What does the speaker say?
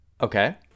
Okay